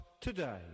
today